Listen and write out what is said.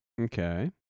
Okay